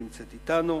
שנמצאת אתנו,